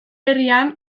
herrian